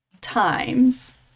times